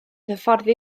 hyfforddi